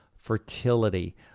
fertility